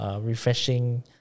refreshing